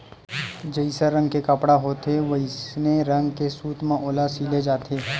जइसन रंग के कपड़ा होथे वइसने रंग के सूत म ओला सिले जाथे